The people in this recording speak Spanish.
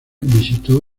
visitó